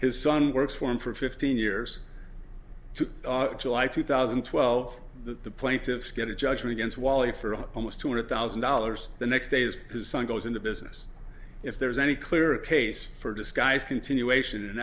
his son works for him for fifteen years to july two thousand and twelve that the plaintiffs get a judgment against wally for almost two hundred thousand dollars the next day as his son goes into business if there's any clear case for disguise continuation an